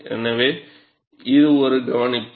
எனவே இது ஒரு கவனிப்பு